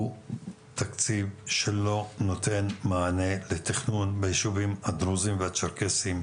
תקציב שלא נותן מענה לתכנון בישובים הדרוזים והצ'רקסיים.